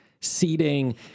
seating